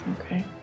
Okay